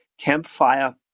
Campfire